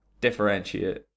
differentiate